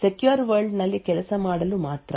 secure world ನಲ್ಲಿ ಕೆಲಸ ಮಾಡಲು ಮಾತ್ರ